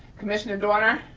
commissioner doerner?